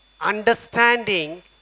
Understanding